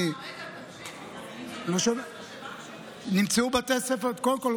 קודם כול,